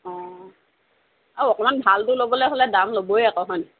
অঁ আৰু অকণমান ভালটো ল'বলৈ হ'লে দাম ল'বই আকৌ হয়নে